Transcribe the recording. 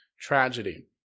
tragedy